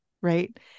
right